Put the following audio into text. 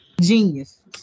Genius